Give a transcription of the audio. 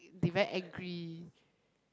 they very angry